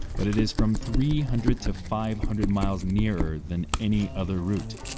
but it is from three hundred to five hundred miles nearer than any other route.